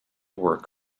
work